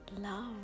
love